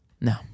No